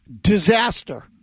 Disaster